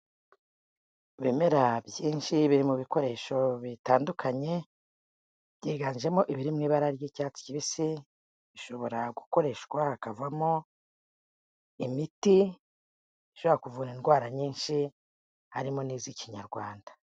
Ibimera byinshi biri mu bikoresho bitandukanye, byiganjemo ibiri mu ibara ry'icyatsi kibisi, bishobora gukoreshwa hakavamo imiti ishobora kuvura indwara nyinshi, harimo n'iz'ikinyarwanda.